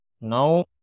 Now